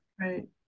right